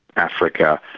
africa,